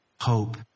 hope